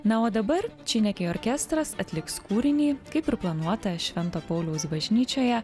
na o dabar čineki orkestras atliks kūrinį kaip ir planuota švento pauliaus bažnyčioje